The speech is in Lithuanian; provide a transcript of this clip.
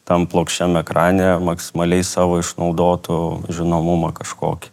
tam plokščiam ekrane maksimaliai savo išnaudotų žinomumą kažkokį